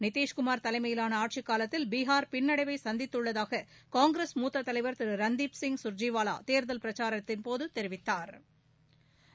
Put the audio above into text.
நிதிஷ்குமார் தலைமையிலான ஆட்சிக்காலத்தில் பீகார் பின்னடைவை சந்தித்துள்ளதாக காங்கிரஸ் மூத்த தலைவா் திரு ரன்தீப் சிங் கா்ஜேவாலா தோ்தல் பிரச்சாரத்தின்போது தெரிவித்தாா்